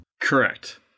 correct